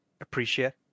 appreciate